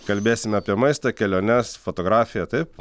kalbėsime apie maistą keliones fotografiją taip